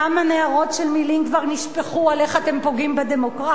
כמה נהרות של מלים כבר נשפכו על איך אתם פוגעים בדמוקרטיה,